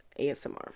ASMR